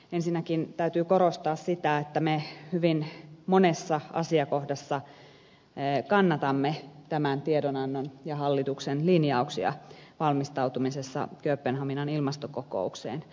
ensinnäkin täytyy korostaa sitä että me hyvin monessa asiakohdassa kannatamme tämän tiedonannon ja hallituksen linjauksia valmistautumisessa kööpenhaminan ilmastokokoukseen